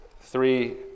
three